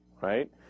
Right